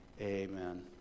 amen